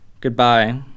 Goodbye